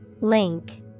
Link